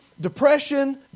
depression